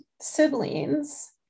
siblings